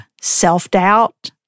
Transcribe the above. self-doubt